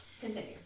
Continue